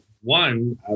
One